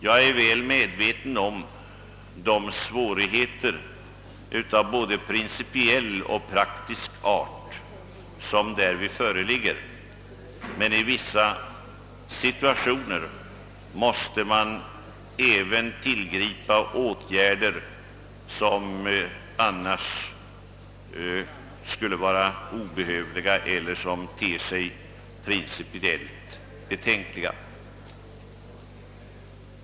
Jag är väl medveten om de svårigheter av både principiell och praktisk art som därvid föreligger, men i vissa situationer måste man även tillgripa åtgärder som annars skulle vara obehövliga eller te sig principiellt betänkliga.